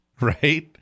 right